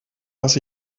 was